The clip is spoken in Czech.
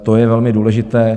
To je velmi důležité.